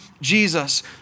Jesus